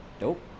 nope